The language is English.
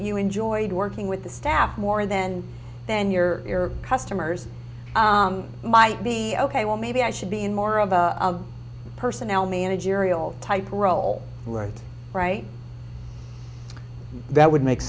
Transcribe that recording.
you enjoyed working with the staff more then then your customers might be ok well maybe i should be in more of a personnel managerial type role right right that would make